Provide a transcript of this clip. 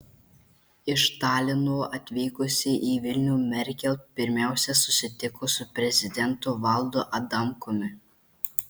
iš talino atvykusi į vilnių merkel pirmiausia susitiko su prezidentu valdu adamkumi